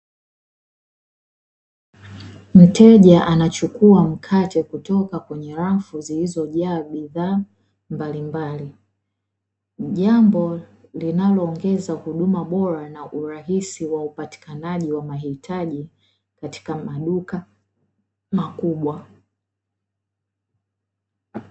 Mteja anachukua mkate kutoka kwenye rafu zilizojaa bidhaa mbalimbali, jambo linaloongeza huduma bora na urahisi wa upatikanaji wa mahitaji katika maduka makubwa.